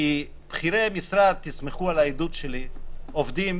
כי בכירי המשרד, תסמכו על העדות שלי עובדים,